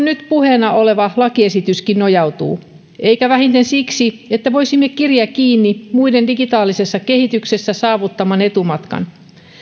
nyt puheena oleva lakiesityskin nojautuu eikä vähiten siksi että voisimme kiriä kiinni muiden digitaalisessa kehityksessä saavuttaman etumatkan